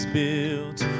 built